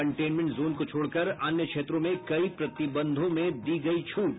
containment zone को छोड़कर अन्य क्षेत्रों में कई प्रतिबंधों में दी गयी छूट